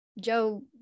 Joe